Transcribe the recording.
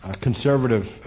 conservative